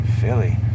Philly